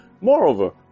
moreover